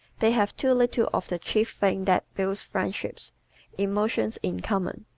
they have too little of the chief thing that builds friendships emotions in common.